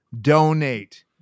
donate